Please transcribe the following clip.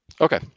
Okay